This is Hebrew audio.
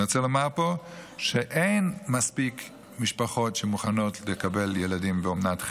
אני רוצה לומר פה שאין מספיק משפחות שמוכנות לקבל ילדים באומנת חירום.